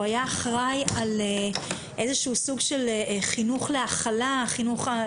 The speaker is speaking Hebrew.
הוא היה אחראי על סוג של חינוך להכלה,